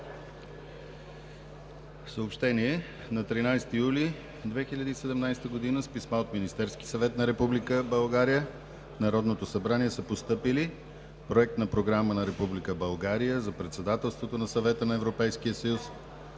Съобщение: На 13 юли 2017 г. с писма от Министерския съвет на Република България в Народното събрание са постъпили Проект на Програма на Република България за председателството на Съвета на Европейския съюз